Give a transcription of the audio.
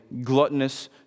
gluttonous